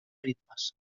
ritmes